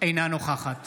אינה נוכחת